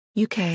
UK